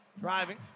Driving